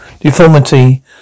deformity